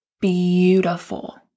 beautiful